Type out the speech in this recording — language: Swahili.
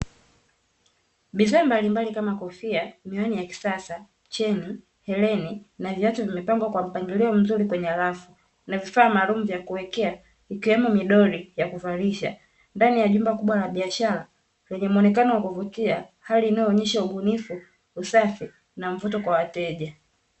Bidhaa mbalimbali kama: kofia, miwani ya kisasa, cheni, hereni, na viatu; vimepangwa kwa mpangilio mzuri kwenye rafu, na vifaa maalum vya kuwekea ikiwemo midoli ya kuvalisha; ndani ya jumba kubwa na biashara lenye muonekano wa kuvutia. Hali inayoonyesha ubunifu, usafi na mvuto kwa wateja.